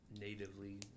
natively